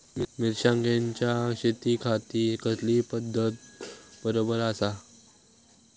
मिर्षागेंच्या शेतीखाती कसली सिंचन पध्दत बरोबर आसा?